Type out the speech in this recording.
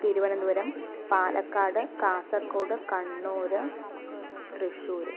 Thiruvananthapuram Palakkad Kasaragod Kannur Thrissur